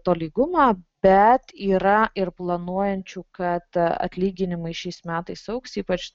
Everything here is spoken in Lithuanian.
tolygumą bet yra ir planuojančių kad atlyginimai šiais metais augs ypač